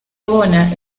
abona